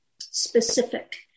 specific